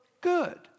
good